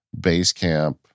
Basecamp